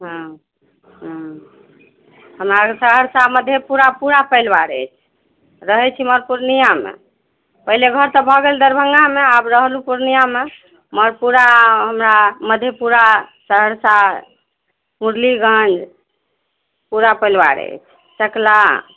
हँ हँ हमरा अरके सहरसा मधेपुरा पूरा परिवार अछि रहैत छी मगर पूर्णियामे पहिले घर तऽ भऽ गेल दरभंगामे आब रहलु पूर्णियामे मगर पूरा हमरा मधेपुरा सहरसा मुरलीगंज पूरा परिवार अछि चकला